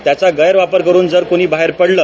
त्याचा गैरवापर करून जर कोणी बाहेर पडलं